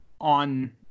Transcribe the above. on